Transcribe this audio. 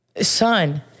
Son